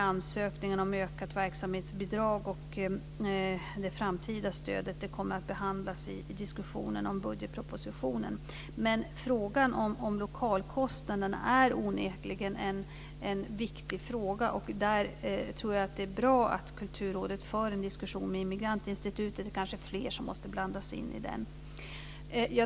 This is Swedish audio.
Ansökningarna om ökat verksamhetsbidrag och det framtida stödet kommer att behandlas i diskussionerna om budgetpropositionen. Frågan om lokalkostnaderna är onekligen en viktig fråga. Där är det bra att Kulturrådet för en diskussion med Immigrantinstitutet. Det är kanske fler som måste blandas in i diskussionen.